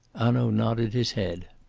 hanaud nodded his head.